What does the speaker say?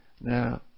Now